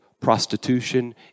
prostitution